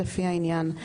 לפי העניין,